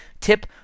tip